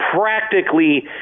practically